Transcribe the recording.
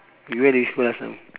you went which class now